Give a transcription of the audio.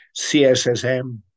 CSSM